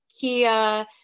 Kia